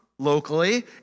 locally